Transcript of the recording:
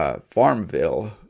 Farmville